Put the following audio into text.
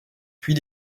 puis